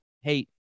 hey